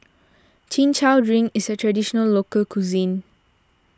Chin Chow Drink is a Traditional Local Cuisine